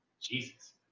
Jesus